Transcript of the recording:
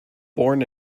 born